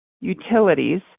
utilities